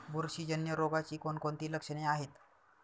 बुरशीजन्य रोगाची कोणकोणती लक्षणे आहेत?